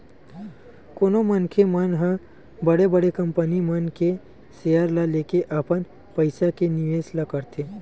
कोनो मनखे मन ह बड़े बड़े कंपनी मन के सेयर ल लेके अपन पइसा के निवेस ल करथे